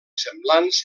semblants